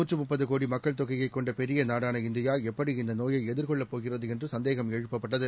நூற்றிமுப்பதுகோடிமக்கள்தொகையைக்கொண்டபெரியநாடானஇந்தியாஎப்படிஇந்த நோயைஎதிர்கொள்ளப்போகிறதுஎன்றுசந்தேகம்எழுப்பப்பட்டது